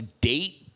date